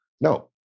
no